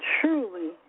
truly